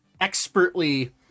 expertly